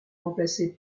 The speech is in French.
remplacé